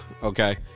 Okay